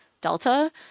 Delta